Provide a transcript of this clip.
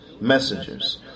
messengers